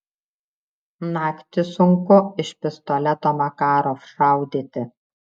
naktį sunku iš pistoleto makarov šaudyti